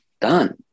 Done